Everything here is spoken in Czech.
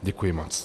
Děkuji moc.